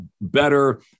better